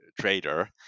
trader